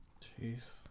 Jeez